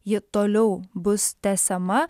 ji toliau bus tęsiama